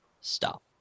Stop